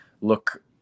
look